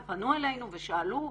הם פנו אלינו ושאלו,